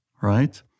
right